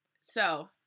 So-